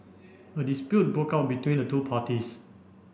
a dispute broke out between the two parties